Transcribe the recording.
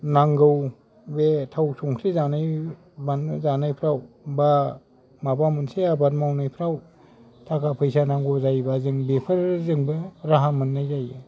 नांगौ बे थाव संख्रि जानाय बानलु जानायफ्राव बा माबा मोनसे आबाद मावनायफ्राव थाखा फैसा नांगौ जायोबा जों बेफोरजोंबो राहा मोननाय जायो